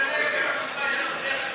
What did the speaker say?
לרשותך.